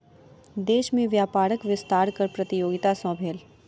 देश में व्यापारक विस्तार कर प्रतियोगिता सॅ भेल